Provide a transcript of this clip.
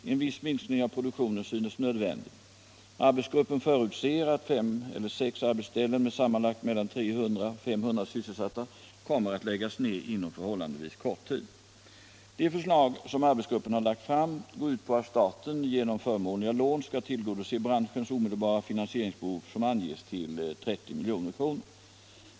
En viss minskning av produktionen synes nödvändig. Arbetsgruppen förutser att 5 eller 6 arbetsställen med sammanlagt mellan 300 och 500 sysselsatta kommer att läggas ned inom förhållandevis kort tid. De förslag som arbetsgruppen har lagt fram går ut på att staten genom förmånliga lån skall tillgodose branschens omedelbara finansieringsbehov som anges till 30 milj.kr.